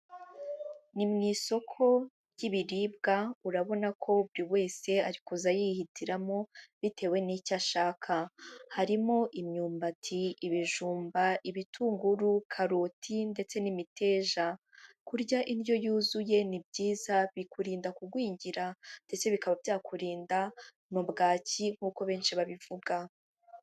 Ni mu isoko ry'ibiribwa urabona ko buri wese ari kuza yihitiramo bitewe n'icyo ashaka, harimo imyumbati, ibijumba, ibitunguru, karoti ndetse n'imiteja, kurya indyo yuzuye ni byiza bikurinda kugwingira ndetse bikaba byakurinda na bwaki nkuko'uko benshi babivuga.